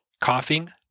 coughing